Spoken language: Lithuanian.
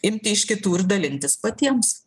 imti iš kitų ir dalintis patiems